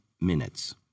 minutes